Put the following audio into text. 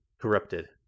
Corrupted